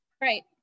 Right